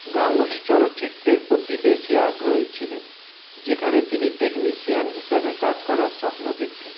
গাঙ্গুলি চলচ্চিত্রের প্রতি বেশি আগ্রহী ছিলেন যেখানে তিনি টেকনিশিয়ান হিসাবে কাজ করার স্বপ্ন দেখতেন